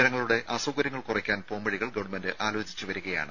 ജനങ്ങളുടെ അസൌകര്യങ്ങൾ കുറയ്ക്കാൻ പോംവഴികൾ ഗവൺമെന്റ് ആലോചിച്ച് വരികയാണ്